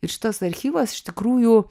ir šitas archyvas iš tikrųjų